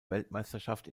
weltmeisterschaft